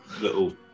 little